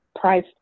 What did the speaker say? Price